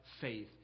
faith